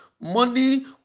money